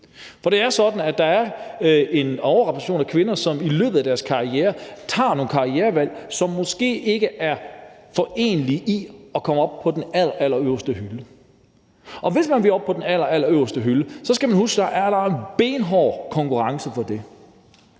For det er sådan, at der er en overrepræsentation af kvinder, som i løbet af deres karriere tager nogle karrierevalg, som måske ikke er forenelige med at komme op på den allerallerøverste hylde. Og hvis man vil op på den allerallerøverste hylde, skal man huske, at der er en benhård konkurrence for at